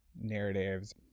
narratives